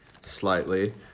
slightly